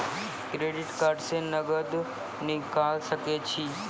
Credit card से नगद निकाल सके छी?